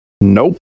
nope